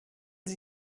sie